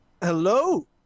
Hello